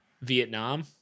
Vietnam